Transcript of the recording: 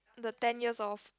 the ten years of